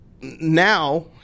now